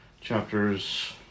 chapters